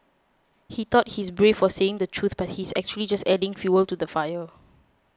he thought he's brave for saying the truth but he's actually just adding fuel to the fire